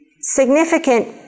significant